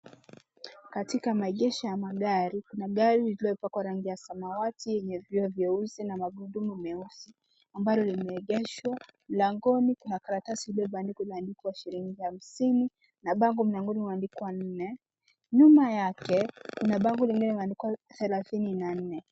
Katika maegesho ya magari kuna gari lililopakwa rangi ya samawati yenye vioo vyeusi na magurudumu meusi ambalo limeegeshwa. Mlangoni kuna karatasi iliyobandikwa iliyoandikwa shilingi 50 na bango mlangoni huandikwa 4. Nyuma yake kuna bango lingine limeandikwa 34.